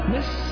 Miss